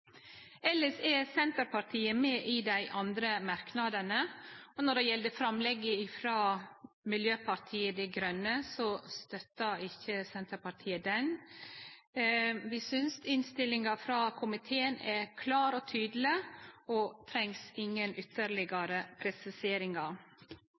Elles er Senterpartiet med på dei andre merknadene. Når det gjeld forslaget frå Miljøpartiet Dei Grøne, støttar ikkje Senterpartiet det. Vi synest innstillinga frå komiteen er klar og tydeleg og treng ingen